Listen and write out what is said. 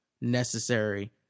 Necessary